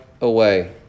away